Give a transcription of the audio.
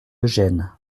gênes